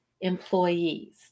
employees